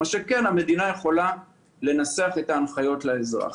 מה שכן, המדינה יכולה לנסח את ההנחיות לאזרח.